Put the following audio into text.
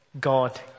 God